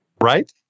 right